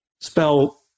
spell